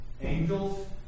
angels